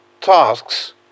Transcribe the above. tasks